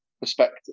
perspective